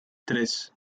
tres